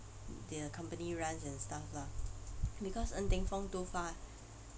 their company runs and stuff lah because ng teng fong too far